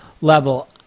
level